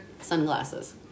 sunglasses